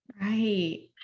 Right